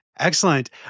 Excellent